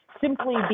simply